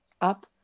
up